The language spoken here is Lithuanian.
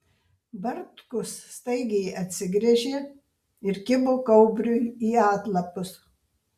bartkus staigiai atsigręžė ir kibo kaubriui į atlapus